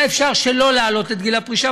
היה אפשר שלא להעלות את גיל הפרישה,